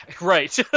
right